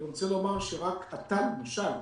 אני רוצה לומר שרק עתה, למשל,